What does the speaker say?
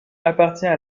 appartient